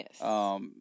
Yes